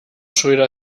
schröder